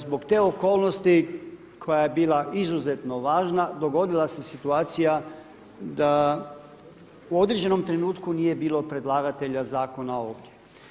Zbog te okolnosti koja je bila izuzetno važna dogodila se situacija da u određenom trenutku nije bilo predlagatelja zakona ovdje.